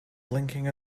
blinking